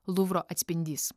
luvro atspindys